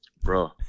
Bro